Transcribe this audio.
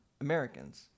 Americans